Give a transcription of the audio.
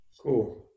cool